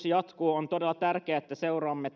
jatkuu on todella tärkeää että seuraamme